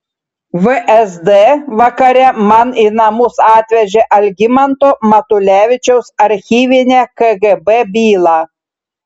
vsd vakare man į namus atvežė algimanto matulevičiaus archyvinę kgb bylą